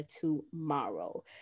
tomorrow